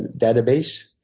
database,